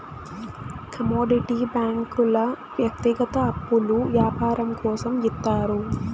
commodity బ్యాంకుల వ్యక్తిగత అప్పులు యాపారం కోసం ఇత్తారు